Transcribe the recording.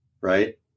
right